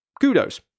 Kudos